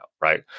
right